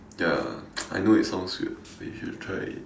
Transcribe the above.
ya I know it sounds weird but you should try it